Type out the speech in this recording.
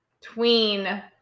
tween